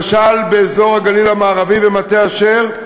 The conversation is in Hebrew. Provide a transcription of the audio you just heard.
למשל באזור הגליל המערבי ומטה-אשר,